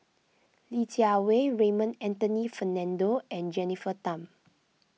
Li Jiawei Raymond Anthony Fernando and Jennifer Tham